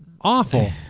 awful